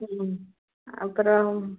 ம் அப்பறம்